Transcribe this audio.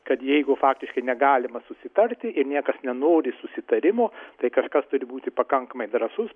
kad jeigu faktiškai negalima susitarti ir niekas nenori susitarimo tai kažkas turi būti pakankamai drąsus